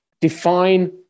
Define